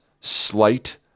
slight